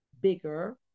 bigger